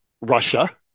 Russia